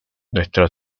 nuestros